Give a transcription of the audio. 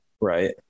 Right